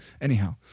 anyhow